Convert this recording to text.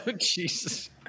Jesus